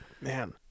Man